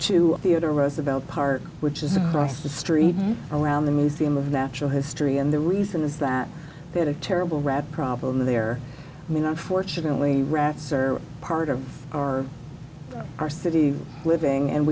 to theodore roosevelt park which is across the street around the museum of natural history and the reason is that they had a terrible rap problem there i mean unfortunately rats are part of our our city living and